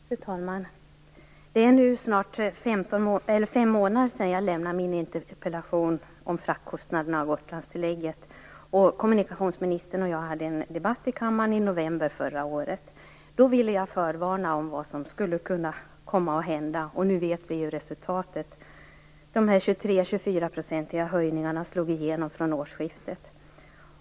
Fru talman! Det är nu snart fem månader sedan jag lämnade min interpellation om fraktkostnaderna och Gotlandstillägget. Kommunikationsministern och jag hade en debatt i kammaren i november förra året. Då ville jag förvarna om vad som skulle kunna hända. Nu vet vi resultatet. Höjningarna på 23-24 % slog igenom från årsskiftet.